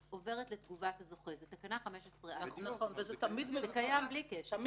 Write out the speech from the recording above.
תקנה 15א. זה קיים בלי קשר.